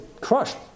crushed